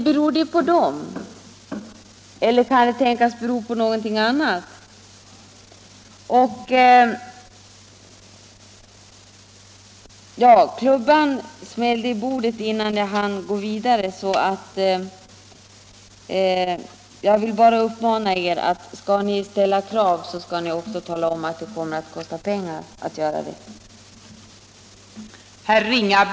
Beror det på dem eller kan det tänkas bero på någonting annat? Talmannens klubba föll nu i bordet som tecken på att jag hållit på för länge med mitt anförande. Därför vill jag bara uppmana er som ställer krav att tala om att det också kommer att kosta pengar.